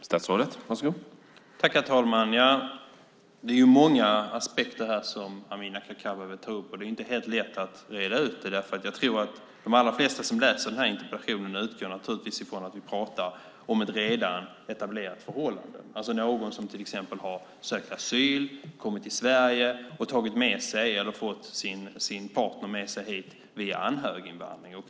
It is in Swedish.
Herr talman! Det är många aspekter som Amineh Kakabaveh tar upp. Det är inte helt lätt att reda ut det. Jag tror att de allra flesta som läser den här interpellationen utgår ifrån att vi pratar om ett redan etablerat förhållande, det vill säga någon som till exempel har sökt asyl, kommit till Sverige och tagit med sig eller fått med sig sin partner hit via anhöriginvandring.